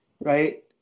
Right